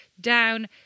down